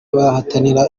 barahatanira